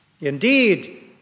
Indeed